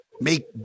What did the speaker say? make